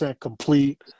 complete